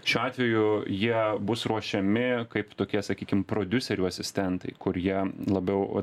šiuo atveju jie bus ruošiami kaip tokie sakykim prodiuserių asistentai kur jie labiau